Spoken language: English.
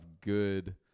good